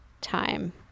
time